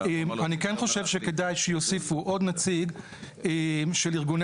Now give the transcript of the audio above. הוא אמר --- אני כן חושב שכדאי שיוסיפו עוד נציג של ארגוני